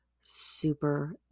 super